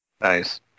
Nice